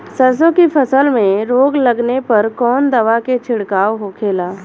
सरसों की फसल में रोग लगने पर कौन दवा के छिड़काव होखेला?